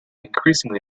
increasingly